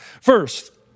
First